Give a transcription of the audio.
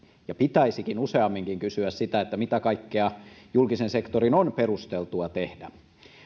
ja pitäisikin useamminkin kysyä sitä mitä kaikkea julkisen sektorin on perusteltua tehdä